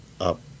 up